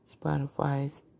Spotify's